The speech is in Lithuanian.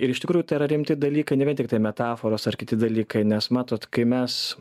ir iš tikrųjų tai yra rimti dalykai ne vien tiktai metaforos ar kiti dalykai nes matot kai mes